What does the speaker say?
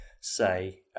say